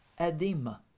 edema